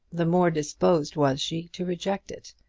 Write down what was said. the more disposed was she to reject it,